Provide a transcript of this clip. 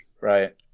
Right